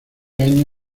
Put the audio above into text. año